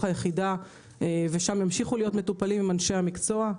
היחידה ושם ימשיכו להיות מטופלים עם אנשי המקצוע.